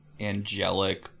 Angelic